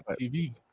TV